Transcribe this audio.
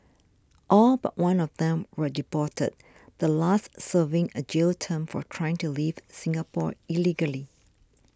all but one of them were deported the last serving a jail term for trying to leave Singapore illegally